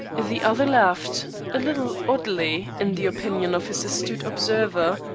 the other laughed, a little oddly in the opinion of his astute observer,